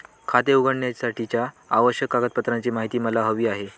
खाते उघडण्यासाठीच्या आवश्यक कागदपत्रांची माहिती मला हवी आहे